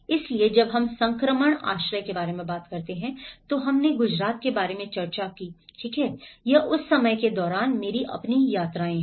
इसलिए जब हम संक्रमण आश्रय के बारे में बात करते हैं तो हमने गुजरात के बारे में चर्चा की ठीक है यह उस समय के दौरान मेरी अपनी यात्राएं हैं